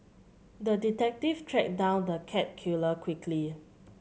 the detective tracked down the cat killer quickly